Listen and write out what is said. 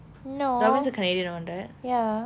no ya